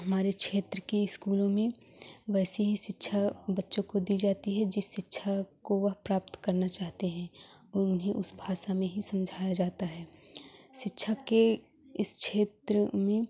हमारे क्षेत्र के स्कूलों में वैसे ही शिक्षा बच्चों को दी जाती है जिस शिक्षा को वह प्राप्त करना चाहते हैं उन्हें उस भाषा में ही समझाया जाता है शिक्षा के इस क्षेत्र में